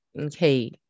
Okay